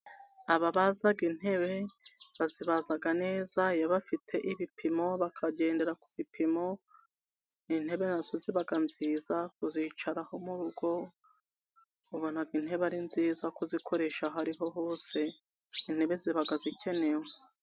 Ababazaga intebe bazibazaga neza iyoba bafite ibipimo, bakagendera ku bipimo. Intebe zibaga arinziza kuzicaraho mu rugo ubonaga intebe ari nziza kuzikoresha ahoriho hose, intebe zibaga zikenewe.